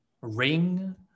ring